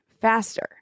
faster